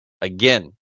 again